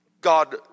God